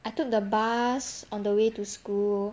I took the bus on the way to school